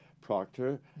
Proctor